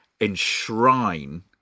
enshrine